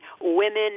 women